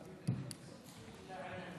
סייד א-ראיס אל-ג'לסה,